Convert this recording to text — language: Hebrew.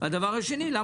והם יהיו שניים